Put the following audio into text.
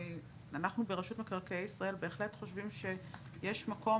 אנחנו ברשות מקרקעי ישראל בהחלט חושבים שיש מקום